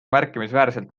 märkimisväärselt